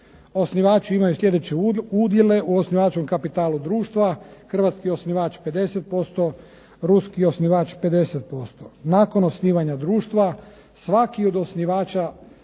Osnivači imaju sljedeće udjele, u osnivačkom kapitalu društva hrvatski osnivač 50%, ruski osnivač 50%. Nakon osnivanja društva svaki od osnivača